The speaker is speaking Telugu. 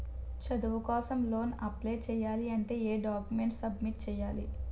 చదువు కోసం లోన్ అప్లయ్ చేయాలి అంటే ఎం డాక్యుమెంట్స్ సబ్మిట్ చేయాలి?